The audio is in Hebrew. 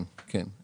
כן, כן.